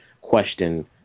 question